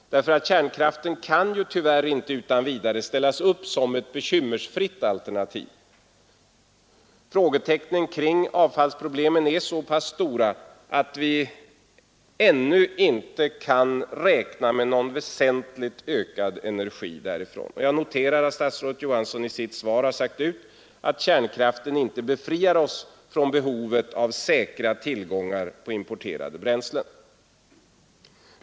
Kärnkraften kan tyvärr inte utan vidare ställas upp som ett bekymmersfritt alternativ. Frågetecknen kring främst avfallsproblemen är alltför stora för att vi ännu kan räkna med någon ökad energi därifrån. Jag noterar att statsrådet Johansson i sitt svar har sagt ut att kärnkraften inte befriar oss från behovet av säkra tillgångar på importerade bränslen.